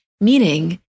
meaning